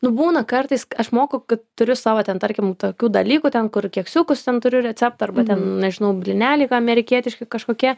nu būna kartais aš moku kad turiu savo ten tarkim tokių dalykų ten kur keksiukus ten turiu receptą arba ten nežinau blyneliai amerikietiški kažkokie